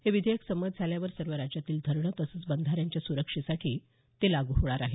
हे विधेयक संमत झाल्यावर सर्व राज्यातील धरणं तसंच बंधाऱ्यांच्या सुरक्षेसाठी ते लागू होणार आहे